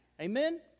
Amen